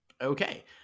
Okay